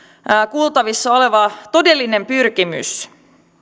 kuultavissa oleva todellinen pyrkimys